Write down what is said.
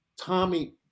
Tommy